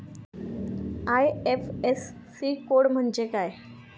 IFSC code म्हणजे काय?